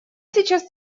сейчас